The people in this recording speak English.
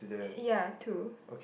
ya two